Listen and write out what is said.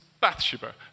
Bathsheba